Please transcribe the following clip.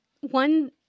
one